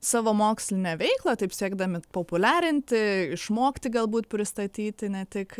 savo mokslinę veiklą taip siekdami populiarinti išmokti galbūt pristatyti ne tik